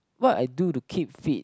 what I do to keep fit